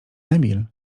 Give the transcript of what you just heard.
emil